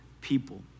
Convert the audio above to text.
people